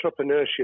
entrepreneurship